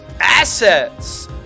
assets